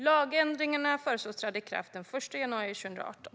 Lagändringarna föreslås träda i kraft den 1 januari 2018.